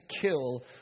kill